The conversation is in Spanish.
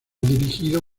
dirigido